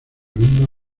misma